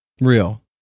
real